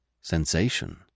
Sensation